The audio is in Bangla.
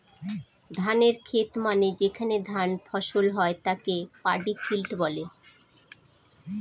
ধানের খেত মানে যেখানে ধান ফসল হয় তাকে পাডি ফিল্ড বলে